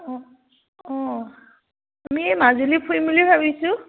অঁ অঁ আমি এই মাজুলী ফুৰিম বুলি ভাবিছোঁ